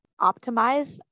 optimize